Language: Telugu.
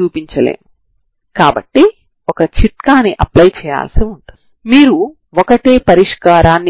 ఇచ్చిన సమస్యకు ఇది ప్రత్యేకమైన పరిష్కారం